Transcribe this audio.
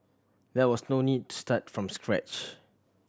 there was no need to start from scratch